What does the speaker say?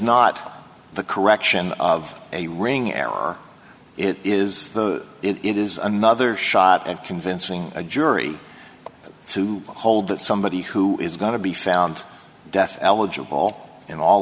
not the correction of a ring error it is it is another shot at convincing a jury to hold that somebody who is going to be found death eligible in all